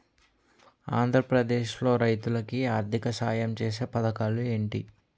ఆంధ్రప్రదేశ్ లో రైతులు కి ఆర్థిక సాయం ఛేసే పథకాలు ఏంటి?